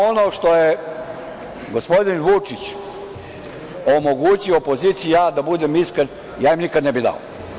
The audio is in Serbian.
Ono što je gospodin Vučić omogućio opoziciji, da budem iskren, ja im nikad ne bih dao.